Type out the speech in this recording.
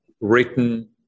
written